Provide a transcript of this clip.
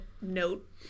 note